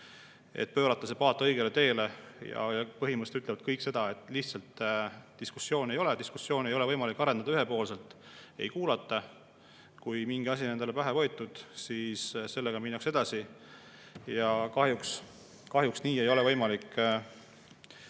pöörata see paat õigele teele. Põhimõtteliselt ütlevad kõik seda, et diskussiooni lihtsalt ei ole, diskussiooni ei ole võimalik arendada ühepoolselt, ei kuulata. Kui mingi asi on endale pähe võetud, siis sellega minnakse edasi. Kahjuks ei ole nii võimalik teha